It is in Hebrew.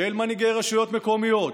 של מנהיגי רשויות מקומיות,